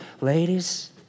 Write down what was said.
Ladies